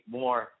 more